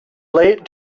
late